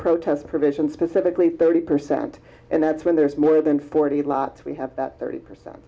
protest provision specifically thirty percent and that's when there's more than forty lots we have thirty percent